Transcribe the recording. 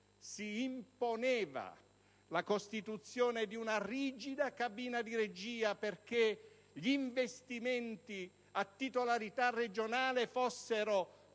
che imponeva la costituzione di una rigida cabina di regia affinché gli investimenti a titolarità regionale fossero